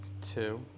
two